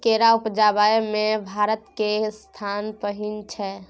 केरा उपजाबै मे भारत केर स्थान पहिल छै